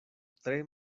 tre